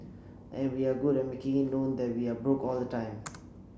and we're good at making it known that we are broke all the time